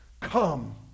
Come